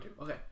okay